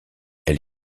elle